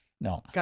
No